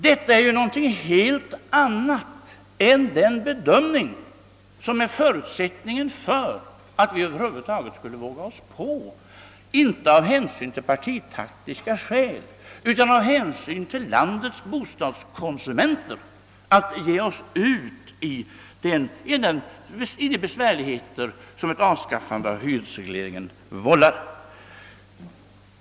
Detta är något helt annat än den bedömning som var förutsättningen för att vi över huvud taget skulle våga — inte av partitaktiska skäl utan av hänsyn till landets bostadskonsumenter — att ge oss ut i de besvärligheter som ett avskaffande av hyresregleringen vållar.